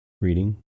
reading